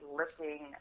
lifting